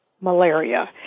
malaria